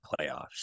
playoffs